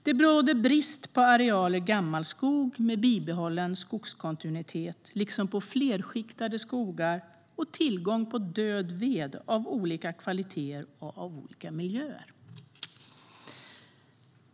Det råder brist på arealer gammal skog med bibehållen skogskontinuitet, liksom på flerskiktade skogar och tillgång på död ved av olika kvaliteter och i olika miljöer.